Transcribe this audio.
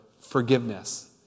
forgiveness